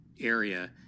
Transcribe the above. area